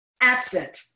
absent